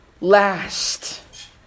last